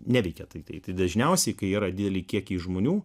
neveikia taip taip dažniausiai kai yra didelį kiekį žmonių